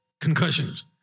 Concussions